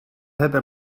hebben